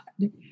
god